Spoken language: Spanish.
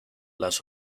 las